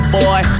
boy